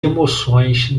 emoções